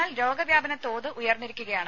എന്നാൽ രോഗ വ്യാപനത്തോത് ഉയർന്നിരിക്കുകയാണ്